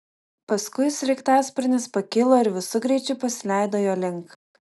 paskui sraigtasparnis pakilo ir visu greičiu pasileido jo link